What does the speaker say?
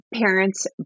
parents